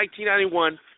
1991